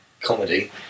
Comedy